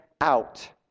out